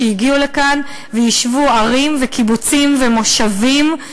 שהגיעו לכאן ויישבו ערים וקיבוצים ומושבים,